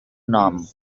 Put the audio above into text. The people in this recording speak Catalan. nom